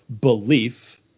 belief